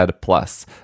plus